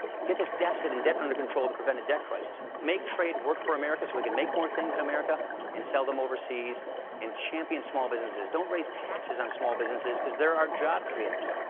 get this deficit and debt under control to prevent a debt crisis. make trade work for america so we can make more things in america and sell them overseas and champion small businesses. don't raise taxes on small businesses, because they're our job creators.